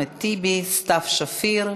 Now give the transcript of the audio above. אחמד טיבי וסתיו שפיר,